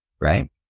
Right